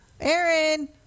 Aaron